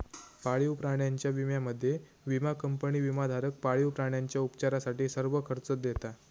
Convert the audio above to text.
पाळीव प्राण्यांच्या विम्यामध्ये, विमा कंपनी विमाधारक पाळीव प्राण्यांच्या उपचारासाठी सर्व खर्च देता